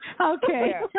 Okay